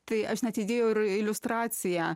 tai aš net idėjau ir liustraciją